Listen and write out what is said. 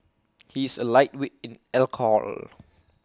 he's A lightweight in alcohol